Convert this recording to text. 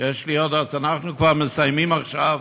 אנחנו כבר מסיימים עכשיו